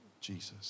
Jesus